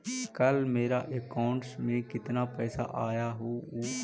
कल मेरा अकाउंटस में कितना पैसा आया ऊ?